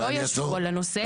לא ישבו בנושא.